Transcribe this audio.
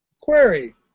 Query